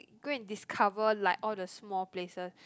go and discover like all the small places